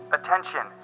Attention